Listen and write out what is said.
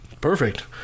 Perfect